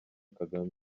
kagame